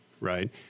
Right